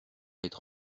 être